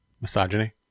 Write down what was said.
Misogyny